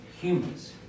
humans